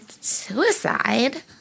suicide